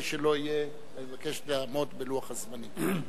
אני מבקש לעמוד בלוח הזמנים.